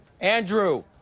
andrew